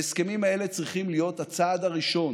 ההסכמים האלה צריכים להיות הצעד הראשון